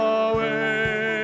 away